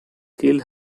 kill